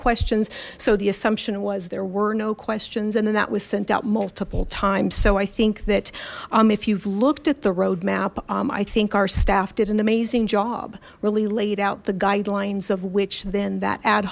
questions so the assumption was there were no questions and then that was sent out multiple times so i think that if you've looked at the road map i think our staff did an amazing job really laid out the guidelines of which then that ad